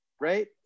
right